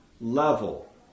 level